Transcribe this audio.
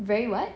very what